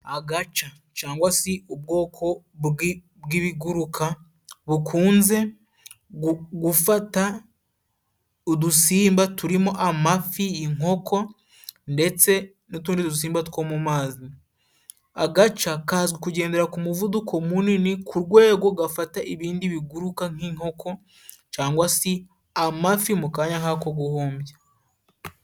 Agaca cangwa si ubwoko bw'ibiguruka bukunze gufata udusimba turimo: amafi ,inkoko ndetse n'utundi dusimba two mu mazi, agaca kazwi kugendera ku muvuduko munini ku rwego gafata ibindi biguruka nk'inkoko cangwa si amafi mu kanya nk'ako guhumbya.